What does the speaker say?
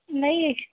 नहीं